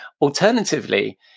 Alternatively